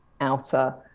outer